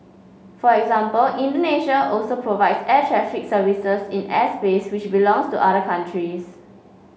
for example Indonesia also provides air traffic services in airspace which belongs to other countries